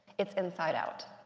it's inside out.